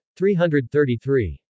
333